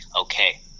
okay